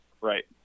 Right